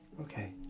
Okay